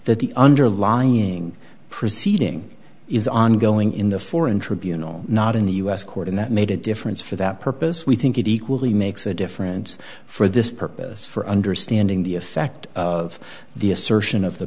that the underlying proceeding is ongoing in the foreign tribunal not in the u s court and that made a difference for that purpose we think it equally makes a difference for this purpose for understanding the effect of the assertion of the